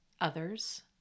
others